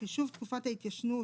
בחישוב תקופת ההתיישנות